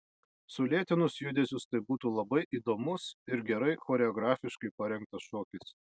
sulėtinus judesius tai būtų labai įdomus ir gerai choreografiškai parengtas šokis